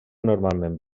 normalment